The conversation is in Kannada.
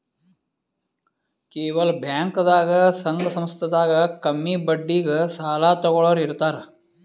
ಕೆಲವ್ ಬ್ಯಾಂಕ್ದಾಗ್ ಸಂಘ ಸಂಸ್ಥಾದಾಗ್ ಕಮ್ಮಿ ಬಡ್ಡಿಗ್ ಸಾಲ ತಗೋಳೋರ್ ಇರ್ತಾರ